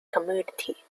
community